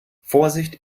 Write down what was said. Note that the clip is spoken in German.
vorsicht